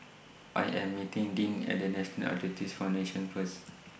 I Am meeting Dink At National Arthritis Foundation First